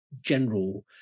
general